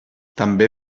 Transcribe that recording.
també